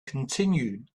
continued